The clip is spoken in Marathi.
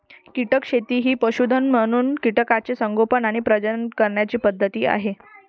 कीटक शेती ही पशुधन म्हणून कीटकांचे संगोपन आणि प्रजनन करण्याची पद्धत आहे